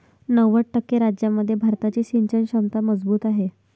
नव्वद टक्के राज्यांमध्ये भारताची सिंचन क्षमता मजबूत आहे